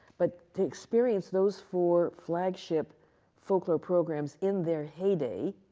but the experience, those four flagship folklore programs in their heyday,